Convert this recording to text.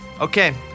Okay